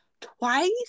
twice